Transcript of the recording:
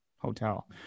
hotel